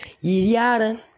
yada